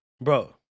Bro